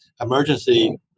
emergency